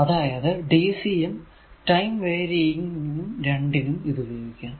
അതായതും dc യും time varying രണ്ടിനും ഇതുപയോഗിക്കാം